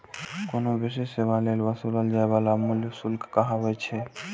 कोनो विशिष्ट सेवा लेल वसूलल जाइ बला मूल्य शुल्क कहाबै छै